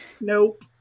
nope